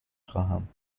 خواهم